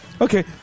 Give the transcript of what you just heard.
Okay